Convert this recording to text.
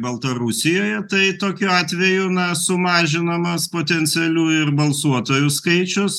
baltarusijoje tai tokiu atveju na sumažinamas potencialių ir balsuotojų skaičius